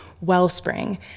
wellspring